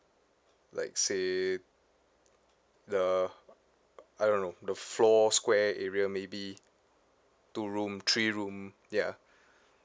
like say the I don't know the floor square area maybe two room three room yeah